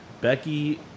Becky